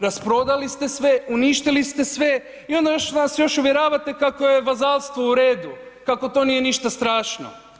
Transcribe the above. Rasprodali ste sve, uništili ste sve i onda nas još uvjeravate kako vazalstvo u redu, kako to nije ništa strašno.